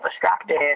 distracted